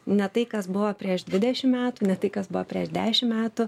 ne tai kas buvo prieš dvidešim metų ne tai kas buvo prieš dešim metų